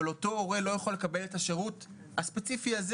אותו הורה לא יוכל לקבל את השירות הספציפי הזה